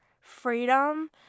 freedom